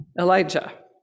Elijah